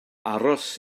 aros